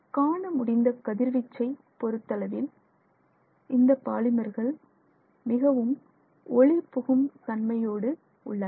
காண முடிந்த கதிர்வீச்சை பொறுத்தளவில் பொறுத்த அளவில் இந்த பாலிமர்கள் மிகவும் ஒளி புகும் தன்மையோடு உள்ளன